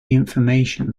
information